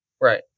Right